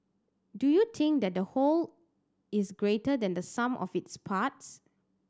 do you think that the whole is greater than the sum of its parts